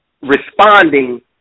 responding